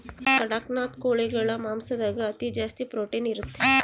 ಕಡಖ್ನಾಥ್ ಕೋಳಿಗಳ ಮಾಂಸದಾಗ ಅತಿ ಜಾಸ್ತಿ ಪ್ರೊಟೀನ್ ಇರುತ್ತೆ